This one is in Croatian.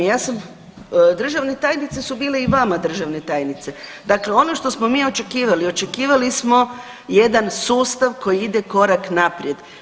Ja sam, državne tajnice su bile i vama državne tajnice, dakle ono što smo mi očekivali očekivali smo jedan sustav koji ide korak naprijed.